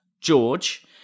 George